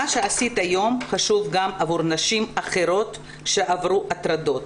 מה שעשית היום חשוב גם עבור נשים אחרות שעברו הטרדות,